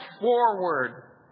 forward